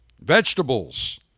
Vegetables